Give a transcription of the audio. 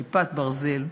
כיפת ברזל,